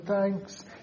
thanks